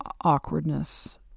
awkwardness